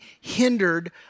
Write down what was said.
hindered